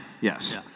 Yes